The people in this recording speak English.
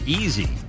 easy